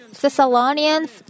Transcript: Thessalonians